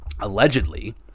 allegedly